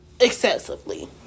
excessively